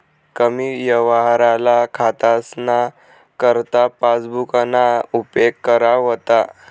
कमी यवहारवाला खातासना करता पासबुकना उपेग करा व्हता